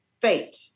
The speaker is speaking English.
fate